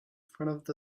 front